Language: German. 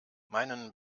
meinen